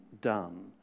done